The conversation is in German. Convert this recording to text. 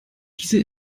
diese